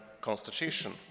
Constitution